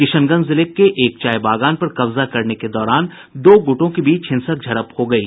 किशनगंज जिले में एक चाय बगान पर कब्जा करने के दौरान दो गुटों के बीच हिंसक झड़प हो गयी